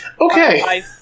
Okay